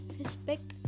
respect